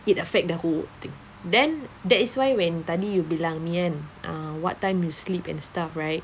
it affect the whole thing then that is why when tadi you bilang me kan ah what time you sleep and stuff right